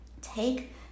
take